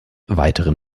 weiteren